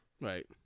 Right